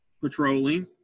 patrolling